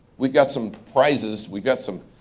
we've got some prizes. we've got some.